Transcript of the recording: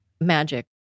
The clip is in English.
magic